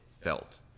felt